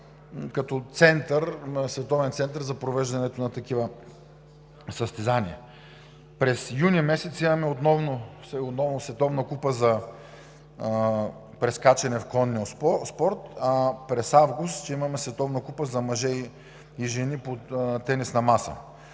като световен център за провеждането на такива състезания. През юни месец имаме Световна купа за прескачане в конния спорт, а през август ще имаме Световна купа за мъже и жени по тенис на маса.